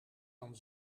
dan